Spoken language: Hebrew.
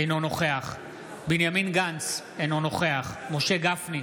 אינו נוכח בנימין גנץ, אינו נוכח משה גפני,